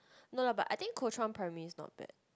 no lah but I think Kuo Chuan primary is not bad